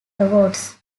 awards